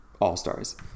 all-stars